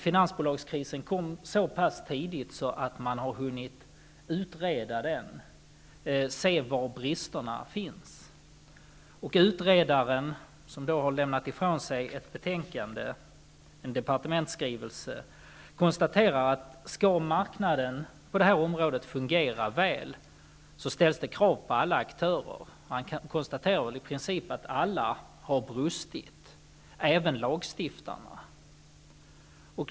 Finansbolagskrisen kom så pass tidigt att man har hunnit utreda den och se var bristerna finns. Utredaren, som har lämnat ifrån sig ett betänkande, en departementsskrivelse, konstaterar att skall marknaden på det här området fungera väl, ställs det krav på alla aktörer. Han konstaterar i princip att alla har brustit, även lagstiftarna.